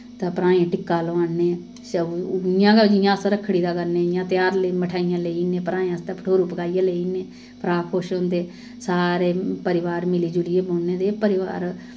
ते भ्राएं गी टिक्का लोआन्ने उइ'यां गै जि'यां अस रक्खड़ी दा करने इ'यां तेहार मठेआइयां लेई जन्नें भ्राएं आस्तै भठोरू पकाइयै लेई जन्नें भ्राऽ खुश होंदे सारे परोआर मिली जुलियै बौह्न्नें ते परोआर